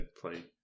play